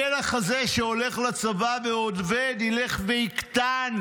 הפלח הזה, שהולך לצבא ועובד, ילך ויקטן.